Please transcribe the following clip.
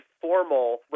formal